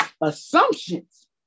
Assumptions